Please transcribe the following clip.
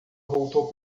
voltou